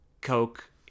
Coke